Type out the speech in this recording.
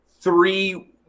three